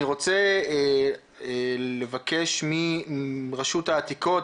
אני רוצה לבקש מרשות העתיקות